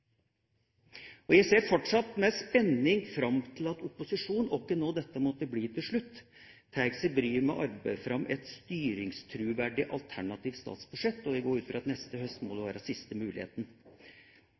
Jeg ser fortsatt med spenning fram til at opposisjonen – hvem dette måtte bli til slutt – tar seg bryet med å arbeide fram et styringstroverdig alternativt statsbudsjett. Jeg går ut fra at neste høst må